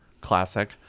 classic